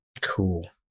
Cool